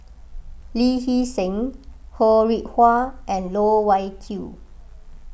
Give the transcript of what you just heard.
Lee Hee Seng Ho Rih Hwa and Loh Wai Kiew